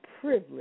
privilege